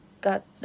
got